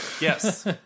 Yes